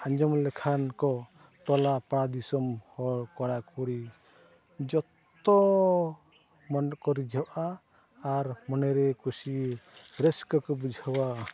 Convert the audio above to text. ᱟᱸᱡᱚᱢ ᱞᱮᱠᱷᱟᱱ ᱠᱚ ᱴᱚᱞᱟ ᱯᱟᱲᱟ ᱫᱤᱥᱚᱢ ᱦᱚᱲ ᱠᱚᱲᱟᱼᱠᱩᱲᱤ ᱡᱚᱛᱚ ᱢᱟᱱᱮ ᱠᱚ ᱨᱤᱡᱷᱟᱹᱜᱼᱟ ᱟᱨ ᱢᱚᱱᱮᱨᱮ ᱠᱩᱥᱤ ᱨᱟᱹᱥᱠᱟᱹ ᱠᱚ ᱵᱩᱡᱷᱟᱹᱣᱟ